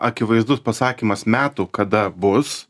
akivaizdus pasakymas metų kada bus